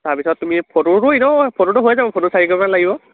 তাৰপিছত তমি ফটোতো এনেও ফটোতো হৈ যাব ফটো চাৰি কপিমান লাগিব